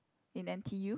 in N_t_U